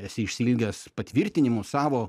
esi išsiilgęs patvirtinimų savo